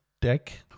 deck